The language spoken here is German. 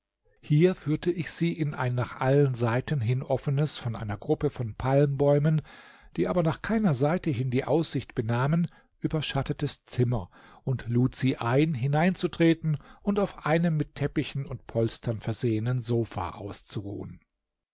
hier führte ich sie in ein nach allen seiten hin offenes von einer gruppe von palmbäumen die aber nach keiner seite hin die aussicht benahmen überschattetes zimmer und lud sie ein hineinzutreten und auf einem mit teppichen und polstern versehenen sofa auszuruhen